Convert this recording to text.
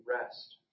rest